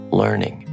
learning